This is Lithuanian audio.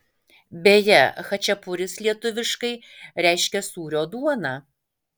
beje chačiapuris lietuviškai reiškia sūrio duoną